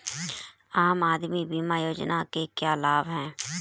आम आदमी बीमा योजना के क्या लाभ हैं?